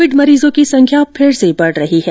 Covid मरीजों की संख्या फिर से बढ़ रही है